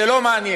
זה לא מעניין.